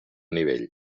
nivell